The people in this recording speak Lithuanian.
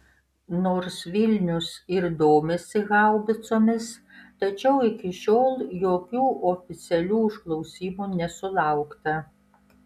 nors vilnius ir domisi haubicomis tačiau iki šiol jokių oficialių užklausimų nesulaukta